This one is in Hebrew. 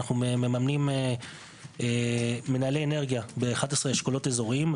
אנחנו מממנים מנהלי אנרגיה ב-11 אשכולות אזוריים.